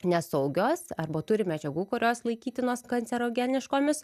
nesaugios arba turi medžiagų kurios laikytinos kancerogeniškomis